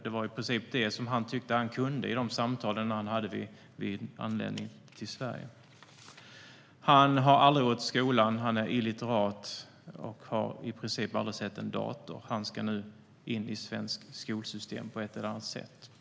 Det var i princip det som han sa att han kunde vid de samtal som han hade när han anlände till Sverige. Han har aldrig gått i skolan. Han är illiterat och har i princip aldrig sett en dator. Han ska nu in i det svenska skolsystemet på ett eller annat sätt.